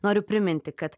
noriu priminti kad